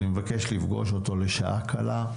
אני מבקש לפגוש אותו לשעה קלה.